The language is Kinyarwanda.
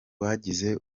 bagize